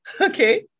okay